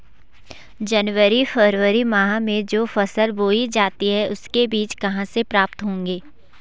जनवरी फरवरी माह में जो फसल बोई जाती है उसके बीज कहाँ से प्राप्त होंगे?